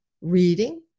reading